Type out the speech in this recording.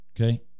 okay